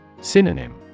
Synonym